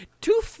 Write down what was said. Two